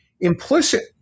implicit